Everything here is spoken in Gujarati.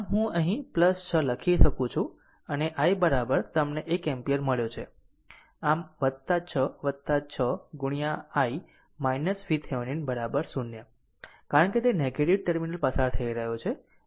આમ હું અહીં 6 લખી શકું છું અને i તમને 1 એમ્પીયર મળ્યો છે આમ 6 6 ગુણ્યા i VThevenin 0 કારણ કે તે નેગેટીવ ટર્મિનલ પસાર થઈ રહ્યો છે